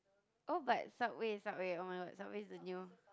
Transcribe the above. oh but Subway Subway [oh]-my-god Subway is the new